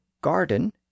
garden